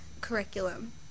curriculum